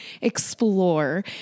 explore